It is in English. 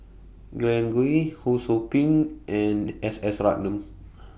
Glen Goei Ho SOU Ping and S S Ratnam